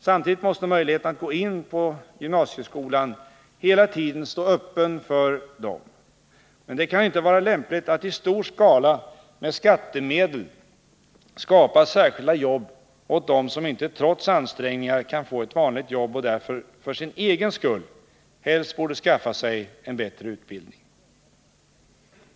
Samtidigt måste möjligheten att gå in i gymnasieskolan hela tiden stå öppen för dem. Men det kan inte vara lämpligt att i stor skala med skattemedel skapa särskilda jobb åt dem som inte, trots ansträngningar, kan få ett vanligt jobb och därför för sin egen skull helst borde skaffa sig en bättre utbildning.